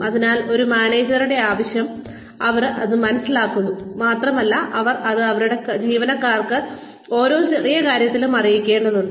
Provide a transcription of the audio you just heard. അതിനാൽ ഒരു മാനേജരുടെ ആവശ്യം അവർ ഇത് മനസ്സിലാക്കുന്നു മാത്രമല്ല അവർ ഇത് അവരുടെ ജീവനക്കാർക്ക് ഓരോ ചെറിയ കാര്യത്തിലും അറിയിക്കേണ്ടതുണ്ട്